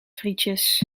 frietjes